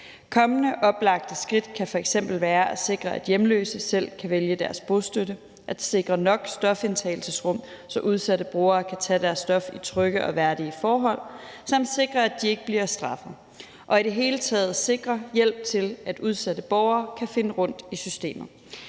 Kommende oplagte skridt kan f.eks. være at sikre, at hjemløse selv kan vælge deres bostøtte, at sikre nok stofindtagelsesrum, så udsatte brugere kan tage deres stof under trygge og værdige forhold, samt sikre, at de ikke bliver straffet, og i det hele taget sikre hjælp til, at udsatte borgere kan finde rundt i systemet.